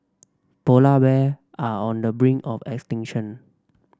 polar bear are on the brink of extinction